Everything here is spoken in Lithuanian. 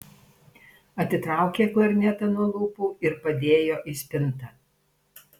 atitraukė klarnetą nuo lūpų ir padėjo į spintą